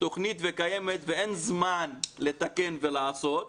ואין זמן לתקן ולעשות.